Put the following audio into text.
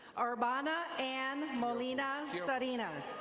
arbanna ann molina but you know